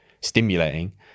stimulating